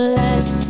less